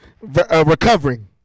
Recovering